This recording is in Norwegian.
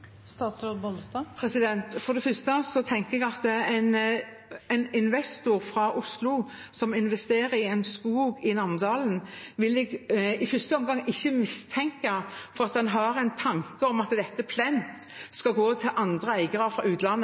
For det første: En investor fra Oslo som investerer i en skog i Namdalen, vil jeg i første omgang ikke mistenke for å ha en tanke om at dette plent skal gå til eiere fra utlandet.